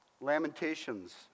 Lamentations